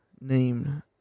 named